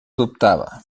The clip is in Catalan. dubtava